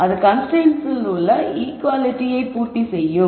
அது இந்த கன்ஸ்ரைன்ட்ஸில் உள்ள ஈக்குவாலிட்டியை பூர்த்தி செய்யும்